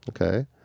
Okay